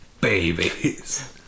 babies